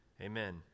amen